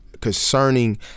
concerning